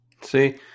See